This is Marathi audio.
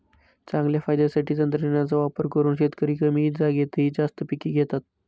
चांगल्या फायद्यासाठी तंत्रज्ञानाचा वापर करून शेतकरी कमी जागेतही जास्त पिके घेतात